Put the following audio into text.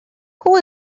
who